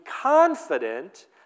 confident